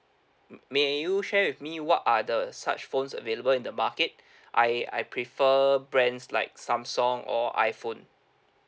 may you share with me what are the such phones available in the market I I prefer brands like Samsung or iPhone